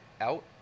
out